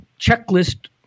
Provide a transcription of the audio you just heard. checklist